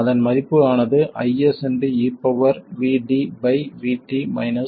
அதன் மதிப்பு ஆனது IS ஆகும்